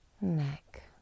Neck